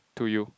to you